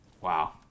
Wow